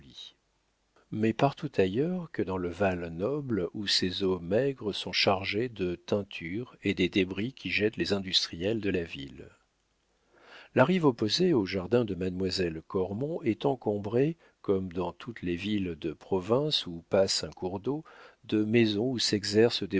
mais partout ailleurs que dans le val-noble où ses eaux maigres sont chargées de teintures et des débris qu'y jettent les industries de la ville la rive opposée au jardin de mademoiselle cormon est encombrée comme dans toutes les villes de province où passe un cours d'eau de maisons où s'exercent